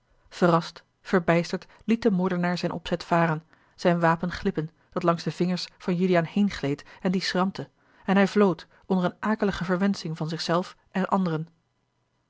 verrast verbijsterd liet de moordenaar zijn opzet varen zijn wapen glippen dat langs de vingers van juliaan heengleed en die schrampte en hij vlood onder eene akelige verwensching van zich zelf en anderen